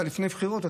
אתה לפני בחירות.